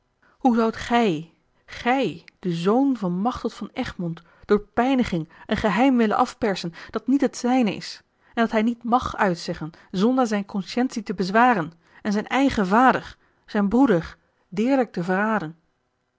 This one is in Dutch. hoe zoudt gij gij den zoon van machteld van egmond door pijniging een geheim willen afpersen dat niet het zijne is en dat hij niet mag uitzeggen zonder zijn consciëntie te bezwaren en zijn eigen vader zijn broeder deerlijk te verraden